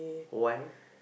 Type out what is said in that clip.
why